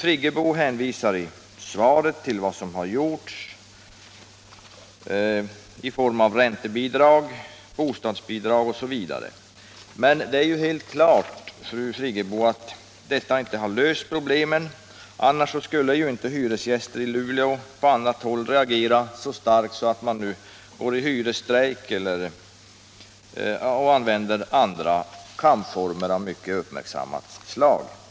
I sitt svar hänvisar fru Friggebo nu till vad som har gjorts i form av räntebidrag och bostadsbidrag. Men det är helt klart, fru Friggebo, att detta inte har löst problemen. Annars skulle ju inte hyresgäster i Luleå och på andra håll reagera så starkt, bl.a. genom hyresstrejker och andra kampformer av mycket uppmärksammat slag.